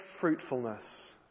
fruitfulness